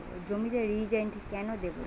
জমিতে রিজেন্ট কেন দেবো?